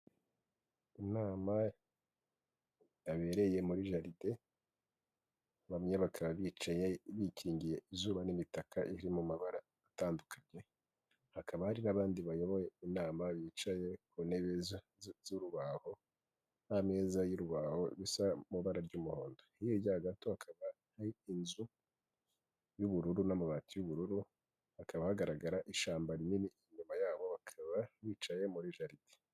Inama yabereye muri jaride bamwe bakaba bicaye bikingiye izuba n'imitaka iri mu mabara atandukanye hakaba hari n'abandi bayoboye inama bicaye ku ntebe z'urubaho n'ameza y'urubaho bisa mu ibara ry'umuhondo hirya gato hakaba hari inzu y'ubururu n'amabati y'ubururu hakaba hagaragara ishyamba rinini inyuma yabo bakaba bicaye muri jaridi.